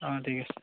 অঁ ঠিক আছে